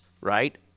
right